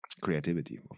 creativity